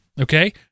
Okay